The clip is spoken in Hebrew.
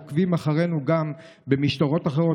עוקבים אחרינו גם במשטרות אחרות,